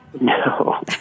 No